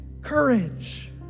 courage